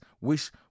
wish